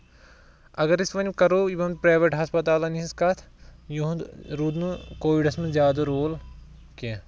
اَگر أسۍ وۄنۍ کرو یِمن پریویٹ ہٮسپَتالَن ہِنز کَتھ یِہُنٛد روٗد نہٕ کووِڈس منٛز زیادٕ رول کیٚنٛہہ